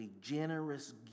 generous